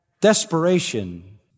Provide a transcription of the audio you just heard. desperation